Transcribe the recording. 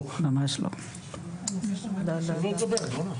או שתדרשו תנאי סף אחרים, עבודה סוציאלית.